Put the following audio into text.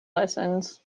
lessons